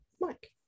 Mike